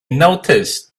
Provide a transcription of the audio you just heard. noticed